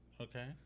Okay